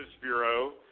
Bureau